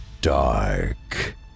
dark